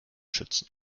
schützen